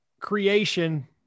creation